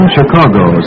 Chicago